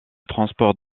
transport